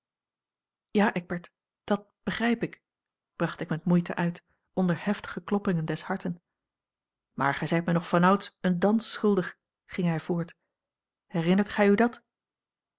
eckbert dàt begrijp ik bracht ik met moeite uit onder heftige kloppingen des harten maar gij zijt mij nog vanouds eene dans schuldig ging hij voort herinnert gij u dat